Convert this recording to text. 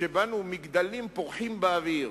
שבנו מגדלים פורחים באוויר